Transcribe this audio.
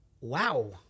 Wow